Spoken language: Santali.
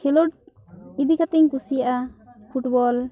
ᱠᱷᱮᱞᱚᱰ ᱤᱫᱤ ᱠᱟᱛᱮᱧ ᱠᱩᱥᱤᱭᱟᱜᱼᱟ ᱯᱷᱩᱴᱵᱚᱞ